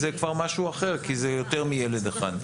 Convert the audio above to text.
זה כבר משהו אחר כי זה יותר מילד אחד.